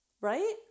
right